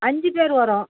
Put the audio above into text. அஞ்சு பேர் வரோம்